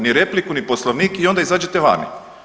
Ni repliku ni Poslovnik i onda izađete vani.